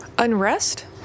Unrest